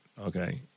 okay